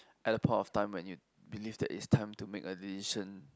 at the point of time when you believe that it's time to make a decision